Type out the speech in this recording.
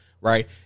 right